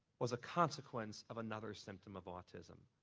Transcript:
was a consequence of another symptom of autism.